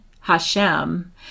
Hashem